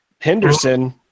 Henderson